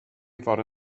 fore